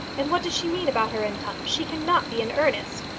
and what does she mean about her income? she cannot be in earnest.